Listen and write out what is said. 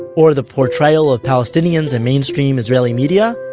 or the portrayal of palestinians in mainstream israeli media?